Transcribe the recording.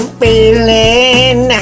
feeling